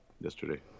yesterday